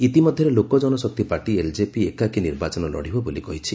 ଇତିମଧ୍ୟରେ Lok Janshakti party LJP ଏକାକୀ ନିର୍ବାଚନ ଲଢ଼ିବ ବୋଲି କହିଛି